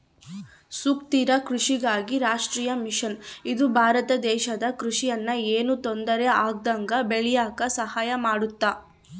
ಸುಸ್ಥಿರ ಕೃಷಿಗಾಗಿ ರಾಷ್ಟ್ರೀಯ ಮಿಷನ್ ಇದು ಭಾರತ ದೇಶದ ಕೃಷಿ ನ ಯೆನು ತೊಂದರೆ ಆಗ್ದಂಗ ಬೇಳಿಯಾಕ ಸಹಾಯ ಮಾಡುತ್ತ